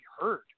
heard